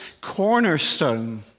cornerstone